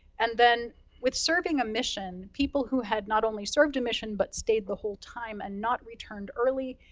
and then, with serving a mission, people who had not only served a mission, but stayed the whole time and not returned early,